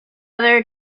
other